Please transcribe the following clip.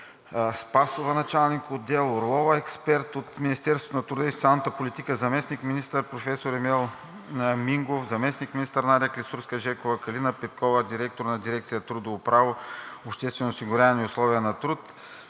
Спасова – началник-отдел, и Евгения Орлова – експерт; от Министерството на труда и социалната политика – заместник-министър професор Емил Мингов, заместник-министър Надя Клисурска-Жекова, Калина Петкова – директор на дирекция „Трудово право, обществено осигуряване и условия на труд“,